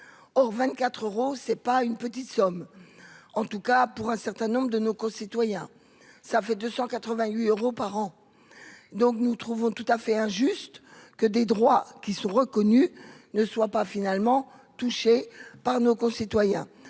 heures euros c'est pas une petite somme, en tout cas pour un certain nombre de nos concitoyens, ça fait deux cent quatre-vingt-huit euros par an, donc nous trouvons tout à fait injuste que des droits qui sont reconnus ne soit pas finalement touché par nos concitoyens,